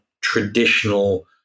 traditional